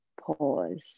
pause